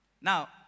Now